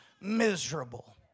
miserable